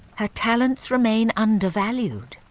her talents remain undervalued.